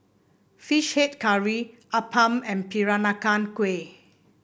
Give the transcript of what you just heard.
fish head curry appam and Peranakan Kueh